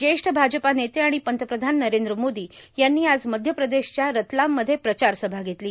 ज्येष्ठ भाजपा नेते आणि पंतप्रधान नरेंद्र मोदी यांनी आज मध्य प्रदेशच्या रतलाम मध्ये प्रचार सभा घेतली